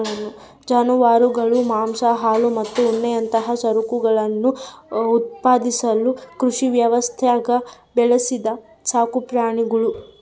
ಜಾನುವಾರುಗಳು ಮಾಂಸ ಹಾಲು ಮತ್ತು ಉಣ್ಣೆಯಂತಹ ಸರಕುಗಳನ್ನು ಉತ್ಪಾದಿಸಲು ಕೃಷಿ ವ್ಯವಸ್ಥ್ಯಾಗ ಬೆಳೆಸಿದ ಸಾಕುಪ್ರಾಣಿಗುಳು